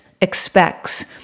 expects